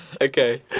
Okay